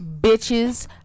bitches